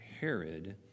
Herod